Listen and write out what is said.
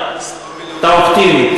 אתה אופטימי.